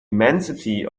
immensity